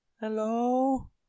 Hello